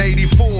84